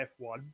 F1